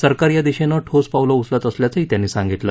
सरकार या दिशेने ठोस पावलं उचलत असल्याचं त्यांनी सांगितलं